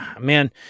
man